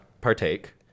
partake